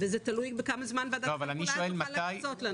וזה תלוי בכמה זמן ועדת הכלכלה תוכל להקצות לנו.